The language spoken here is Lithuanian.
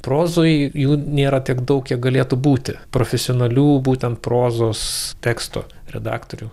prozoj jų nėra tiek daug kiek galėtų būti profesionalių būtent prozos teksto redaktorių